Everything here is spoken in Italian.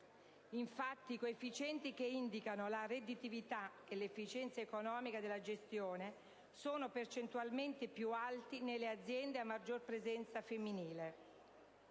Infatti, i coefficienti che indicano la redditività e l'efficienza economica della gestione sono percentualmente più alti nelle aziende a maggior presenza femminile.